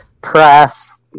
press